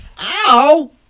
Ow